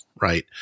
right